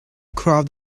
crowd